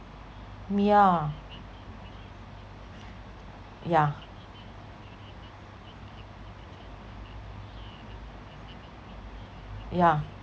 mm yeah yeah yeah